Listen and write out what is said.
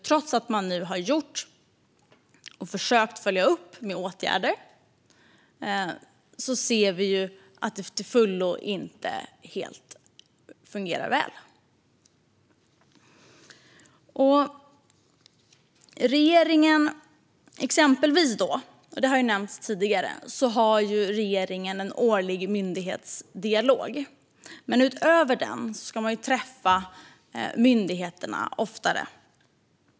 Trots att man har försökt att följa upp med åtgärder ser vi att de inte till fullo fungerar väl. Det har nämnts tidigare att regeringen har en årlig myndighetsdialog. Men utöver den ska man träffa myndigheterna oftare.